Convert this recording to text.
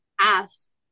asked